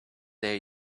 there